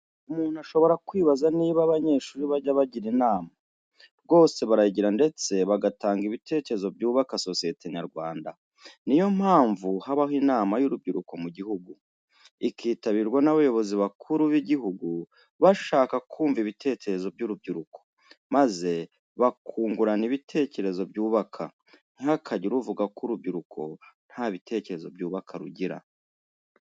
Umuntu ashobora kwibaza niba abanyeshuri bajya bagira inama. Rwose barayigira ndetse bakanatanga ibitekerezo byubaka sosiyete nyarwanda. Niyo mpamvu habaho inama y'urubyiruko mu gihugu. Ikitabirwa n'abayobozi bakuru b'igihugu bashaka kumva ibitekerezo by'urubyuruko, maze bakungurana ibitekerezo byubaka. Ntihakagire uvuga ko urubyiruko nta bitekerezo byubaka rugira.